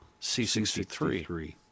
C63